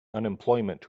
unemployment